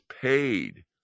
paid